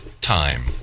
time